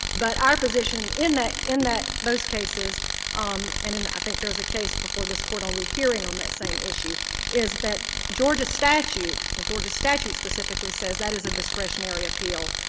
but our position in that in that those cases um and in i think there was a case before this court on rehearing on that same issue is that georgia statute the georgia statute specifically says that is a discretionary appeal.